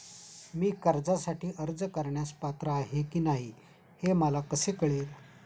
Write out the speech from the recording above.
मी कर्जासाठी अर्ज करण्यास पात्र आहे की नाही हे मला कसे कळेल?